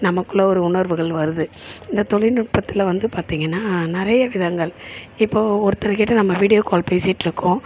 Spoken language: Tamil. நமக்குள்ளே ஒரு உணர்வுகள் வருது இந்த தொழிநுட்பத்துல வந்து பார்த்தீங்கன்னா நிறைய விதங்கள் இப்போ ஒருத்தர் கிட்டே நம்ம வீடியோ கால் பேசிகிட்ருக்கோம்